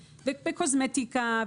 בקוסמטיקה,